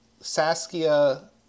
Saskia